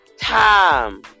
time